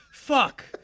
fuck